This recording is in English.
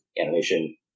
animation